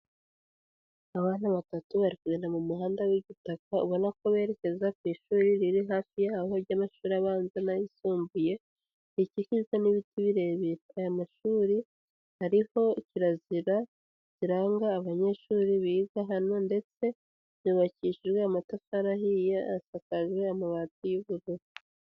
Abana batatu bari kugenda mu muhanda w'igitaka, ubona ko berekeza ku ishuri riri hafi yaho ry'amashuri abanza n'ayisumbuye, rikikijwe n'ibiti birebire, aya mashuri hariho kirazira ziranga abanyeshuri biga hano ndetse yubakishijwe amatafari ahiye, asakajwe amabati y'ubururu.